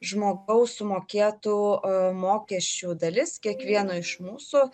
žmogaus sumokėtų mokesčių dalis kiekvieno iš mūsų